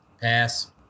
Pass